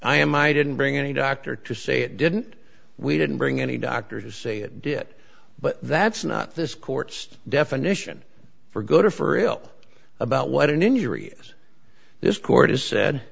i am i didn't bring any doctor to say it didn't we didn't bring any doctor to say it did it but that's not this court's definition for good or for ill about what an injury is this court has sa